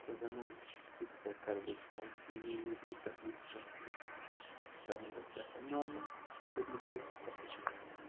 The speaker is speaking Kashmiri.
یِتھ پٲٹھۍ رَنان چھِ تِتھٕے پٲٹھۍ کرٕ بہٕ ٹریٚے یہِ مےٚ یوٗٹوٗب پٮ۪ٹھ وُچھ بہٕ نہ کانٛہہ شیٚف کرن بہٕ پرٛفر نارمل یِتھ پٲٹھۍ مےٚ تَگہِ بہٕ کرٕ تِتھٕے پٲٹھۍ